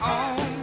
on